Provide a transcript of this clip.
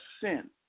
sin